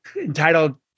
entitled